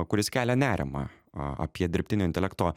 kuris kelia nerimą apie dirbtinio intelekto